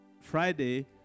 Friday